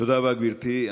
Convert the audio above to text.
תודה רבה, גברתי.